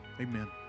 Amen